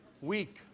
week